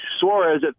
Suarez